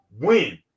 win